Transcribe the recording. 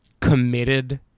committed